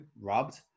rubbed